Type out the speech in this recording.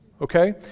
okay